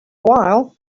while